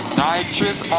nitrous